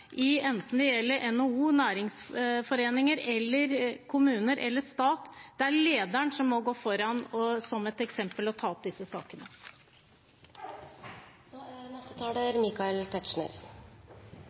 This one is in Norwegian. er lederen som må gå foran som et eksempel og ta opp disse